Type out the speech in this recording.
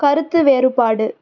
கருத்து வேறுபாடு